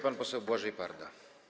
Pan poseł Błażej Parda.